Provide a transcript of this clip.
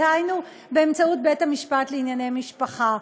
דהיינו באמצעות בית-המשפט לענייני משפחה.